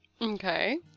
Okay